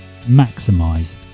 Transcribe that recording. maximize